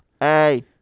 Hey